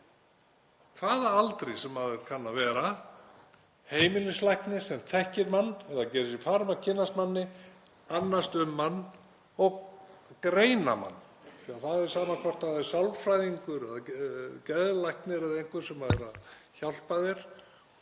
hvaða aldri sem maður kann að vera, heimilislækni sem þekkir mann eða gerir sér far um að kynnast manni, annast um og greina mann. Það er sama hvort það er sálfræðingur eða geðlæknir eða einhver sem er að hjálpa þér,